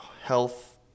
health